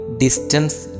distance